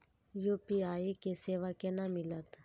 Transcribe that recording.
UPI के सेवा केना मिलत?